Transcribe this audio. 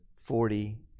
forty